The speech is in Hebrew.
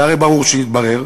והרי ברור שיתברר,